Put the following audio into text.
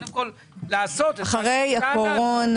אחרי הקורונה,